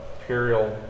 Imperial